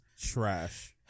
Trash